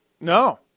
No